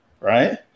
Right